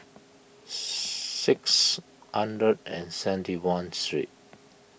six under and seven one three